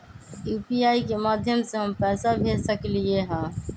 UPI के माध्यम से हम पैसा भेज सकलियै ह?